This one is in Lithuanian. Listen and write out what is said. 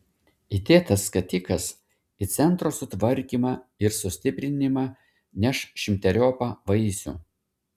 įdėtas skatikas į centro sutvarkymą ir sustiprinimą neš šimteriopą vaisių